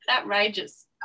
Outrageous